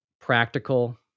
practical